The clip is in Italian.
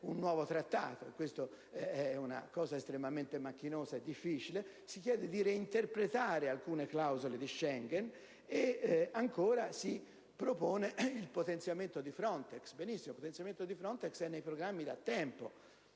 un nuovo Trattato, e ciò sarebbe estremamente macchinoso e difficile, ma si chiede di reinterpretare alcune clausole di Schengen e, ancora, si propone il potenziamento di FRONTEX. Benissimo, il potenziamento di FRONTEX è nei programmi da tempo,